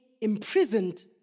imprisoned